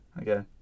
Okay